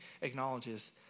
acknowledges